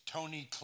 Tony